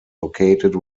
located